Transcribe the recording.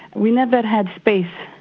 we never had had space.